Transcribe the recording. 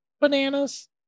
bananas